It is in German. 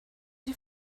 die